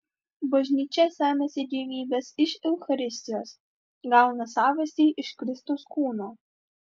bažnyčia semiasi gyvybės iš eucharistijos gauną savastį iš kristaus kūno